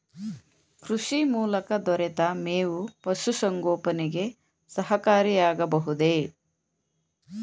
ಕೃಷಿ ಮೂಲಕ ದೊರೆತ ಮೇವು ಪಶುಸಂಗೋಪನೆಗೆ ಸಹಕಾರಿಯಾಗಬಹುದೇ?